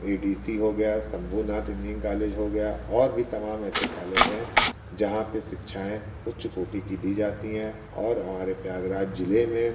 ए D C हो गया Sambhunath engineering college हो गया और भी तमाम ऐसे कालेज हैं जहाँ पर शिक्षाएँ उच्च कोटि की दी जाती हैं और हमारे प्रयागराज ज़िले में